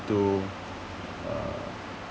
to uh